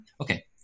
Okay